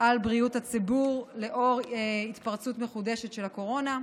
על בריאות הציבור בשל התפרצות מחודשת של הקורונה.